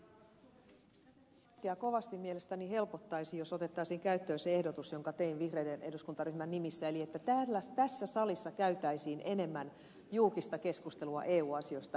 tätäkin kaikkea kovasti mielestäni helpottaisi jos otettaisiin käyttöön se ehdotus jonka tein vihreiden eduskuntaryhmän nimissä eli tässä salissa käytäisiin enemmän julkista keskustelua eu asioista